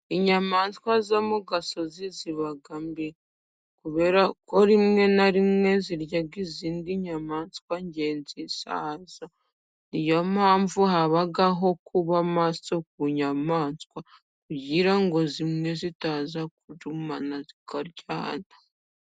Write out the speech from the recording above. Inyamaswa zo mu gasozi ziba ukubri, kubera ko rimwe na rimwe zirya izindi nyamaswa ngenzi za zo, ni yo mpamvu habaho kuba maso ku nyamaswa, kugira ngo zimwe zitaza kurumana zikaryana.